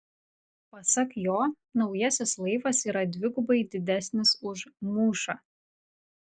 pasak jo naujasis laivas yra dvigubai didesnis už mūšą